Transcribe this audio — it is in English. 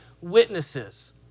witnesses